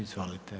Izvolite.